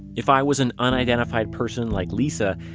if i was an unidentified person like lisa,